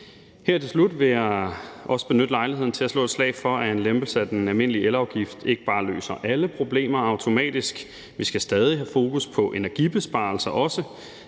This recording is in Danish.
Her til slut vil jeg også benytte lejligheden til at slå et slag for, at en lempelse af den almindelige elafgift ikke bare løser alle problemer automatisk. Vi skal stadig også have fokus på energibesparelser, og